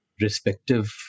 respective